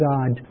God